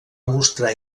mostrar